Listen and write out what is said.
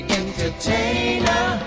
entertainer